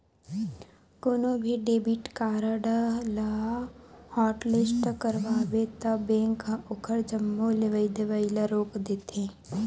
कोनो भी debit card ल हॉटलिस्ट करवाबे त बेंक ह ओखर जम्मो लेवइ देवइ ल रोक देथे